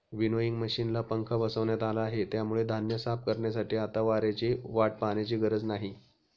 winnowing मशिनला पंखा बसवण्यात आला आहे, त्यामुळे धान्य साफ करण्यासाठी आता वाऱ्याची वाट पाहण्याची गरज नाही